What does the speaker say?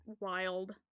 wild